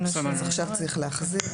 אז עכשיו צריך להחזיר.